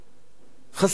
חסרי משמעות,